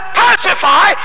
pacify